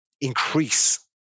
increase